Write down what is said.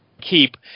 Keep